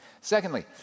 Secondly